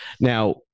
Now